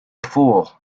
fool